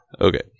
Okay